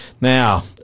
Now